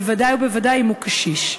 בוודאי ובוודאי אם הוא קשיש.